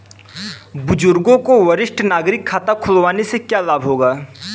बुजुर्गों को वरिष्ठ नागरिक खाता खुलवाने से क्या लाभ होगा?